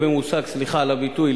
סליחה על הביטוי,